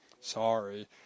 sorry